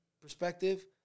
perspective